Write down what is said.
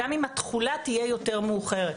גם אם התכולה תהיה יותר מאוחרת,